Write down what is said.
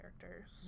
characters